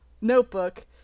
notebook